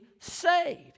saved